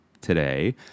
today